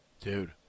Dude